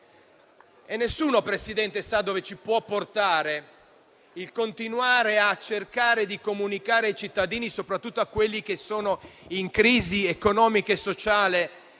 e nessuno sa dove ci può portare continuare a cercare di comunicare ai cittadini, soprattutto a quelli che la crisi economica e sociale